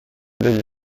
degli